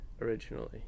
originally